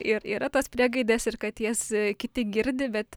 ir yra tos priegaidės ir kad jas kiti girdi bet